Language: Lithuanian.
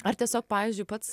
ar tiesiog pavyzdžiui pats